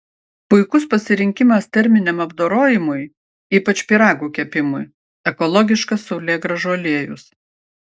puikus pasirinkimas terminiam apdorojimui ypač pyragų kepimui ekologiškas saulėgrąžų aliejus